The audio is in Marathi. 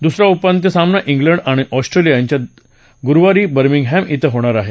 दुसरा उपांत्य सामना उलंड आणि ऑस्ट्रेलिया यांच्यात येत्या गुरुवारी बर्मिंगहॅम िं होणार आहे